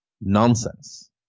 Nonsense